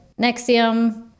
Nexium